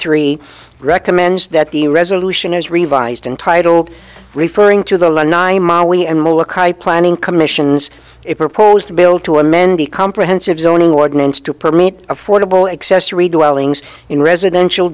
three recommends that the resolution is revised in title referring to the planning commission a proposed bill to amend the comprehensive zoning ordinance to permit affordable accessory dwellings in residential